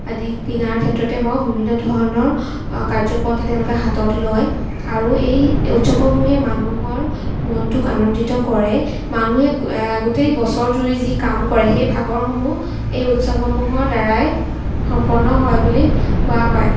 আদি কিনাৰ ক্ষেত্ৰতে হওক বিভিন্ন ধৰণৰ কাৰ্য পন্থা তেওঁলোকে হাতত লয় আৰু এই উৎসৱসমূহে মানুহৰ মনটোক আনন্দিত কৰে মানুহে গোটেই বছৰজুৰি যি কাম কৰে সেই ভাগৰ সমূহ এই উৎসৱসমূহৰ দ্বাৰাই সম্পন্ন হয় বুলি কোৱা হয়